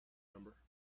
number